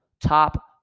top